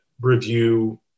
review